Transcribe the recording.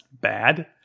bad